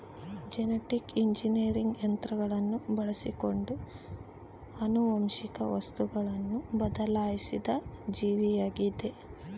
genetic engineering ತಂತ್ರಗಳನ್ನು ಬಳಸಿಕೊಂಡು ಆನುವಂಶಿಕ ವಸ್ತುವನ್ನು ಬದಲಾಯಿಸಿದ ಜೀವಿಯಾಗಿದ